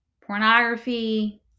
pornography